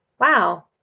wow